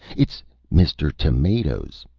it's mr. tomatoes.